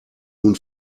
nun